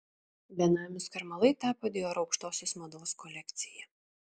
benamių skarmalai tapo dior aukštosios mados kolekcija